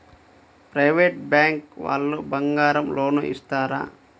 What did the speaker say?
Private bank వాళ్ళు బంగారం loan ఇస్తారా?